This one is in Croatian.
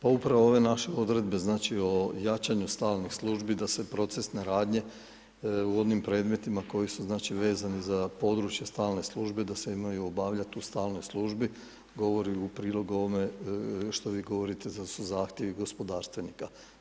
Pa upravo ove naše odredbe znači o jačanju stalnih službi da se procesne radnje u onim predmetima koji su znači vezani za područje stalne službe da se imaju obavljati u stalnoj službi govori u prilog ovome što vi govorite da su zahtjevi gospodarstvenika.